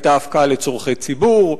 היתה הפקעה לצורכי ציבור,